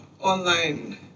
online